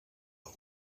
del